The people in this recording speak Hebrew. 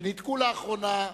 שניתקו לאחרונה,